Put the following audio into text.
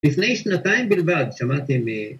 ‫לפני שנתיים בלבד שמעתם א...